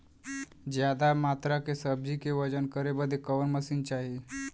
ज्यादा मात्रा के सब्जी के वजन करे बदे कवन मशीन चाही?